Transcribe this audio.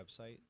website